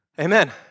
Amen